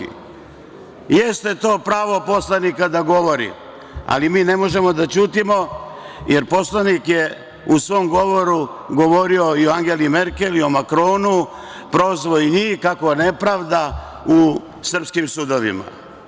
Jeste to pravo poslanika da govori, ali mi ne možemo da ćutimo, jer poslanik je u svom govoru govorio i o Angeli Merkel i o Makronu, prozvao je i njih, kako je nepravda u srpskim sudovima.